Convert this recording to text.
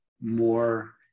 more